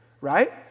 right